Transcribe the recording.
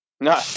No